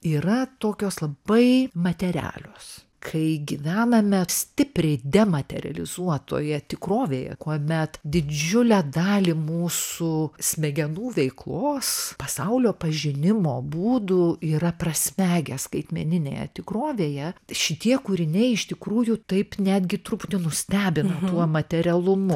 yra tokios labai materialios kai gyvename stipriai dematerializuotoje tikrovėje kuomet didžiulę dalį mūsų smegenų veiklos pasaulio pažinimo būdų yra prasmegę skaitmeninėje tikrovėje šitie kūriniai iš tikrųjų taip netgi truputį nustebino tuo materialumu